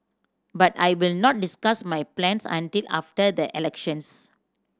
but I will not discuss my plans until after the elections